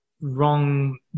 wrong